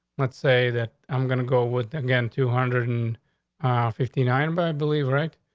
let's say that i'm gonna go with again two hundred and ah fifty nine but i believe right,